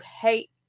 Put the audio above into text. hate